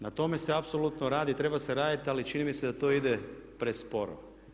Na tome se apsolutno radi i treba se raditi ali čini mi se da to ide presporo.